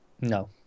No